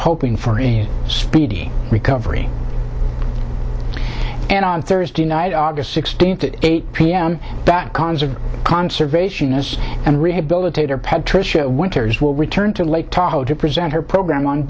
hoping for a speedy recovery and on thursday night aug sixteenth at eight p m that cons of conservationists and rehabilitator patricia winters will return to lake tahoe to present her program on